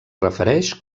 refereix